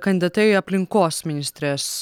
kandidate į aplinkos ministres